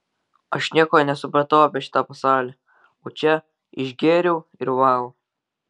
aš nieko nesupratau apie šitą pasaulį o čia išgėriau ir vau